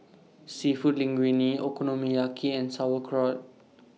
Seafood Linguine Okonomiyaki and Sauerkraut